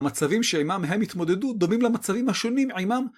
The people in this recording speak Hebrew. מצבים שעימם הם התמודדו דומים למצבים השונים עימם.